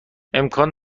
امکان